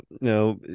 no